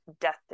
death